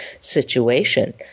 situation